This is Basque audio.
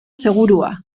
segurua